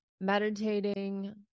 meditating